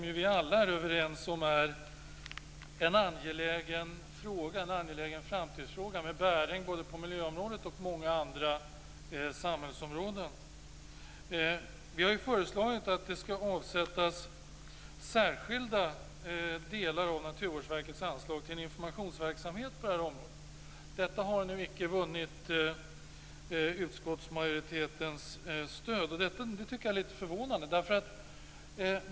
Vi är alla överens om att det är en angelägen framtidsfråga med bäring både på miljöområdet och på många andra samhällsområden. Vi har föreslagit att särskilda delar av Naturvårdsverkets anslag skall avsättas till informationsverksamhet på det här området. Detta har nu icke vunnit utskottsmajoritetens stöd, och det tycker jag är litet förvånande.